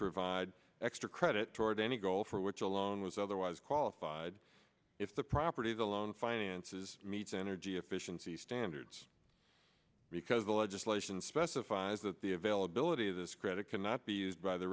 provide extra credit toward any goal for which a loan was otherwise qualified if the properties alone finances meets energy efficiency standards because the legislation specifies that the availability of this credit cannot be used by the